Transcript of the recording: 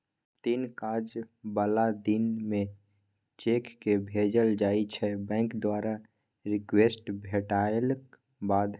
तीन काज बला दिन मे चेककेँ भेजल जाइ छै बैंक द्वारा रिक्वेस्ट भेटलाक बाद